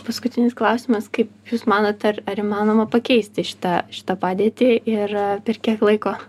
paskutinis klausimas kaip jūs manote ar įmanoma pakeisti šitą šitą padėtį ir per kiek laiko